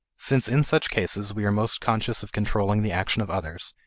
since in such cases we are most conscious of controlling the action of others,